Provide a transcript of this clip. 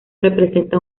representa